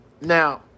Now